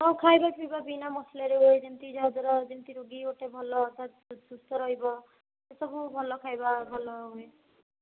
ହଁ ଖାଇବା ପିଇବା ବିନା ମସଲାରେ ହୁଏ ଯେମତି ଯାହାଦ୍ଵାରା ଯେମତି ରୋଗୀ ଗୋଟେ ଭଲ ତା' ସୁ ସୁସ୍ଥ ରହିବ ସେ ସବୁ ଭଲ ଖାଇବା ଭଲ ହୁଏ